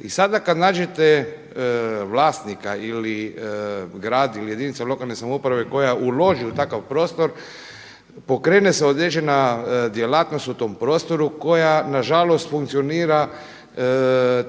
I sada kada nađete vlasnika ili grad ili jedinice lokalne samouprave koja uloži u takav prostor pokrene se određena djelatnost u tom prostoru koja nažalost funkcionira